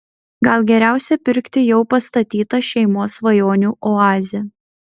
gal geriausia pirkti jau pastatytą šeimos svajonių oazę